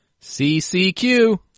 CCQ